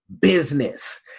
business